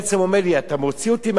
ואתה מוציא אותי מהחנייה שלי,